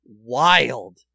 wild